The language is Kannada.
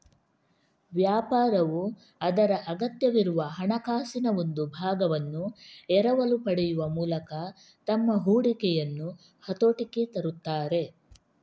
ವ್ಯಾಪಾರವು ಅದರ ಅಗತ್ಯವಿರುವ ಹಣಕಾಸಿನ ಒಂದು ಭಾಗವನ್ನು ಎರವಲು ಪಡೆಯುವ ಮೂಲಕ ತಮ್ಮ ಹೂಡಿಕೆಯನ್ನು ಹತೋಟಿಗೆ ತರುತ್ತಾರೆ